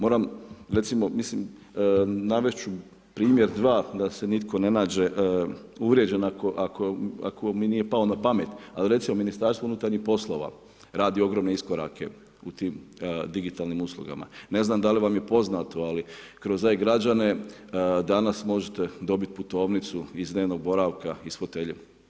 Moram, recimo, mislim, navesti ću primjer dva, da se nitko ne nađe, uvrjeđen, ako mi nije palo na pamet, ali recimo Ministarstvo unutarnjih poslova, radi ogromne iskorake u tim digitalnim uslugama, ne znam, da li vam je poznato, ali kroz e-građane, danas možete dobiti putovnicu iz dnevnog boravka, iz fotelje.